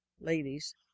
ladies